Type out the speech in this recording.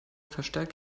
verstärkt